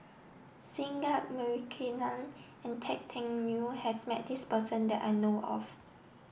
Singai Mukilan and Tan Teck Neo has met this person that I know of